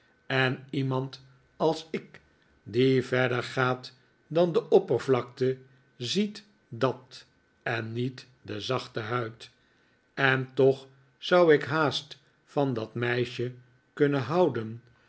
en iemand als ik die verder gaat dan de oppervlakte ziet dat en niet de zachte huid en toch zou ik haast van dat meisje kunnen houden